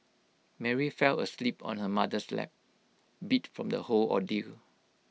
Mary fell asleep on her mother's lap beat from the whole ordeal